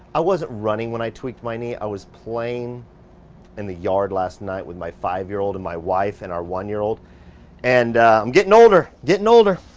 i wasn't running when i tweaked my knee, i was playing in the yard last night with my five year old and my wife and our one year old and i'm getting older, getting older.